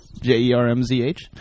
j-e-r-m-z-h